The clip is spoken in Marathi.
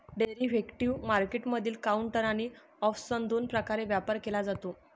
डेरिव्हेटिव्ह मार्केटमधील काउंटर आणि ऑप्सन दोन प्रकारे व्यापार केला जातो